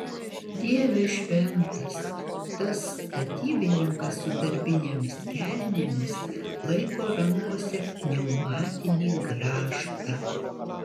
dieve šventas tas statybininkas su darbinėmis kelnėmis laiko rankose pneumatinį grąžtą